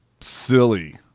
silly